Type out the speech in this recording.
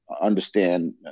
understand